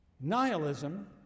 Nihilism